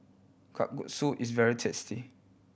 kalguksu is very tasty